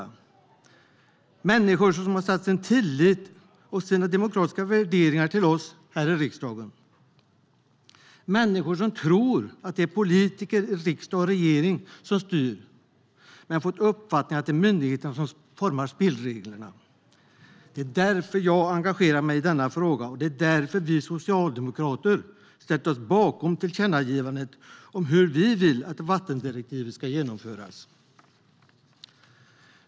Det är människor som har satt sin tillit och sina demokratiska värderingar till oss här i riksdagen. Det är människor som tror att det är politiker i riksdag och regering som styr men fått uppfattningen att det är myndigheterna som formar spelreglerna. Därför har jag engagerat mig i denna fråga, och därför har vi socialdemokrater ställt oss bakom tillkännagivandet om hur vi vill att vattendirektivet ska genomföras.